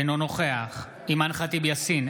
אינו נוכח אימאן ח'טיב יאסין,